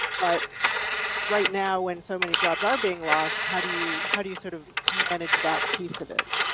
but right now, when so many jobs are being lost, how do you how do you sort of manage that piece of it?